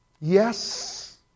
yes